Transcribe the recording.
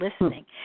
listening